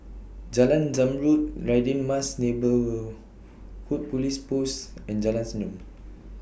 Jalan Zamrud Radin Mas Neighbourhood Police Post and Jalan Senyum